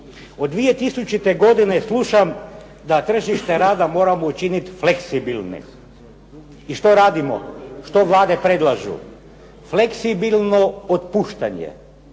Od 2000. godine slušam da tržište rada moramo učiniti fleksibilnim. I što radimo? Što Vlade predlažu. Fleksibilno otpuštanje,